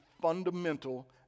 fundamental